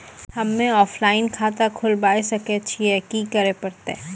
हम्मे ऑफलाइन खाता खोलबावे सकय छियै, की करे परतै?